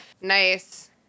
Nice